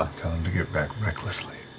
to get back recklessly.